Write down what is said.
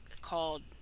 called